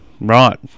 right